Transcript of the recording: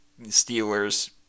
Steelers